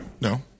No